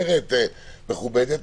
בצורה מכובדת אחרת.